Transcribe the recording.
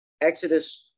Exodus